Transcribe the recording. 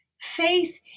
Faith